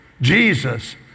Jesus